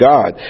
God